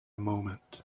moment